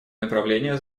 направления